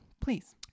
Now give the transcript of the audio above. Please